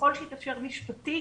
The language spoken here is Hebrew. וככל שיתאפשר משפטית,